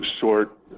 short